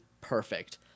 perfect